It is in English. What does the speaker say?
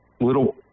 little